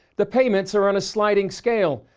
the payments are on a sliding scale.